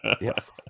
Yes